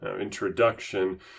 Introduction